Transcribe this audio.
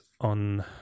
on